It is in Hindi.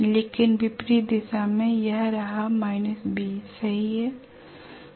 लेकिन विपरीत दिशा में यह रहा B सही है